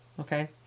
Okay